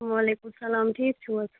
وعلیکُم سلام ٹھیٖک چھُو حظ